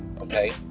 okay